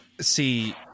see